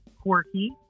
quirky